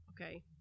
okay